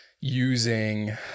using